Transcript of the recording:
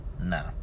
No